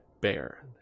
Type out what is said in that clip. Bear